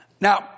Now